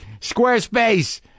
Squarespace